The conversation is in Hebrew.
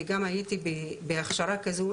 וגם הייתי בהכשרה כזו,